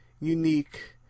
unique